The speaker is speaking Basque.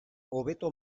hobeto